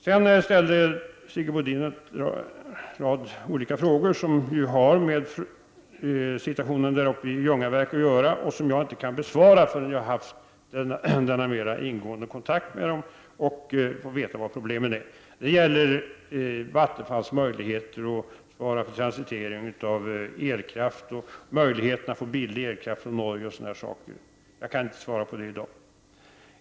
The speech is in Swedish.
Sigge Godin ställde en rad frågor som har med situationen i Ljungaverk att göra. Dem kan jag inte besvara, innan jag haft en mer ingående kontakt med parterna och fått veta vilka problemen är. Det gäller Vattenfalls möjligheter att svara för transitering av elkraft och möjligheten att köpa billig elkraft från Norge osv. Jag kan inte svara på de frågorna i dag.